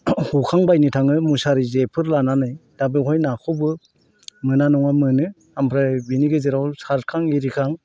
हखांबायनो थाङो मुसारि जेफोर लानानै दा बेवहाय नाखौबो मोना नङा मोनो ओमफ्राय बेनि गेजेराव सारखां एरिखां